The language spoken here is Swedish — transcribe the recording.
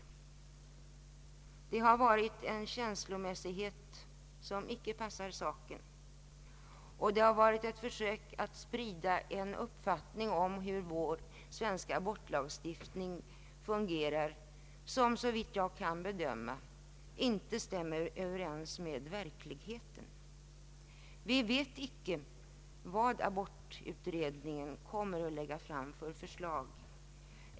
Det har varit ett känslomässigt engagemang som icke passar i denna fråga. Det har också varit ett försök att sprida en uppfattning om hur vår svenska abortlagstiftning fungerar, som såvitt jag kan bedöma inte stämmer överens med verkligheten. Vi vet inte i dag vilka förslag abortutredningen kommer att lägga fram.